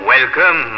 Welcome